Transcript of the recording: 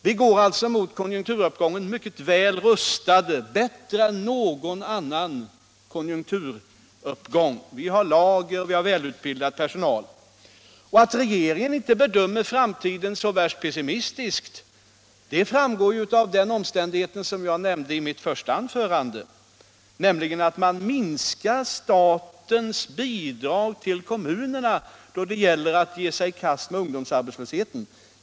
Vi går alltså mot konjunkturuppgången mycket väl rustade, bättre rustade än inför någon annan konjunkturuppgång — vi har lager, och vi har väl utbildad personal. Att regeringen inte bedömer framtiden så värst pessimistiskt framgår — som jag nämnde i mitt första anförande — av den omständigheten att regeringen minskar statens bidrag till kommunerna då det gäller att ge sig i kast med ungdomsarbetslösheten.